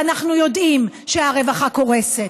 ואנחנו יודעים שהרווחה קורסת,